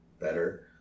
better